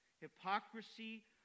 hypocrisy